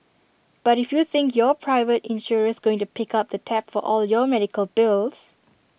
but if you think your private insurer's going to pick up the tab for all your medical bills